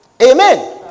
amen